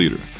leader